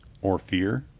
or fear?